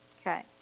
Okay